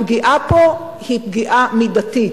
הפגיעה פה היא פגיעה מידתית.